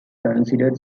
considered